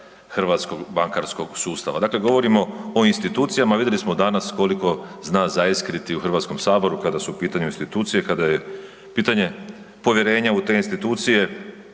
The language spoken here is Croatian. hrvatskog bankarskog sustava. Dakle, govorimo o institucijama, vidjeli smo danas koliko zna zaiskriti u HS-u kada su u pitanju institucije, kada je pitanje povjerenja u te institucije